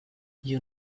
you